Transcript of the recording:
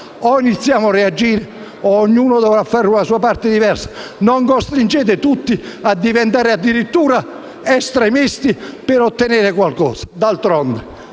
cominci a reagire oppure ognuno dovrà fare la sua parte. Non costringete tutti a diventare addirittura estremisti per ottenere qualcosa. D'altronde,